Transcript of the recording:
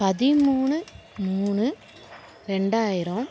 பதிமூணு மூணு ரெண்டாயிரம்